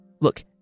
Look